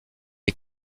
est